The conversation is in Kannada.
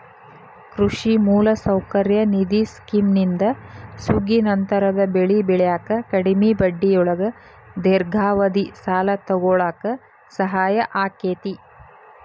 ಕೃಷಿ ಮೂಲಸೌಕರ್ಯ ನಿಧಿ ಸ್ಕಿಮ್ನಿಂದ ಸುಗ್ಗಿನಂತರದ ಬೆಳಿ ಬೆಳ್ಯಾಕ ಕಡಿಮಿ ಬಡ್ಡಿಯೊಳಗ ದೇರ್ಘಾವಧಿ ಸಾಲ ತೊಗೋಳಾಕ ಸಹಾಯ ಆಕ್ಕೆತಿ